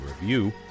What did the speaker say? review